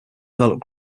develop